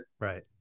Right